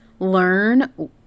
learn